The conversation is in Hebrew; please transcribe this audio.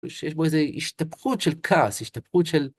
יש בו איזה השתפכות של כעס, השתפכות של...